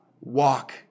walk